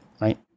right